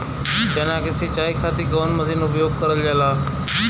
चना के सिंचाई खाती कवन मसीन उपयोग करल जाला?